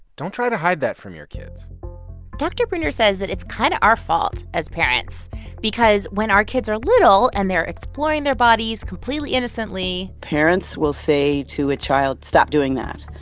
don't try to hide that from your kids dr. breuner says that it's kind of our fault as parents because when our kids are little and they're exploring their bodies completely innocently. parents will say to a child, stop doing that,